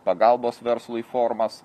pagalbos verslui formas